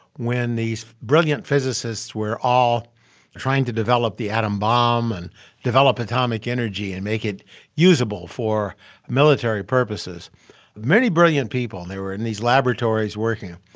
when these brilliant physicists were all trying to develop the atom bomb and develop atomic energy and make it usable for military purposes many brilliant people, and they were in these laboratories working.